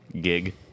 gig